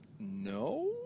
No